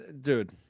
Dude